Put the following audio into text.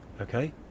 okay